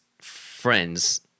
friends